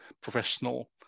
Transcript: professional